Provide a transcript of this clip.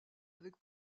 avec